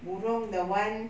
burung the one